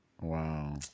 Wow